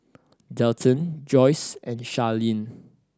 Delton Joyce and Charlene